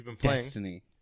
destiny